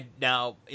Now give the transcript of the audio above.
Now